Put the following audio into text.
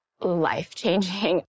life-changing